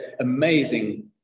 amazing